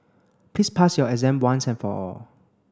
please pass your exam once and for all